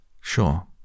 Sure